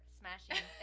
smashing